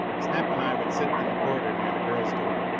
snap and i would sit in the corridor near the girls' door,